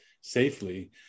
safely